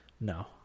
No